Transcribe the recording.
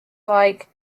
like